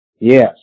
Yes